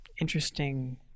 interesting